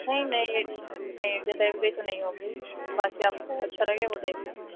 نہیں نہیں نہیں ڈلیوری تو نہیں ہوگی باقی آپ کو اچھا لگے وہ دیکھ لیں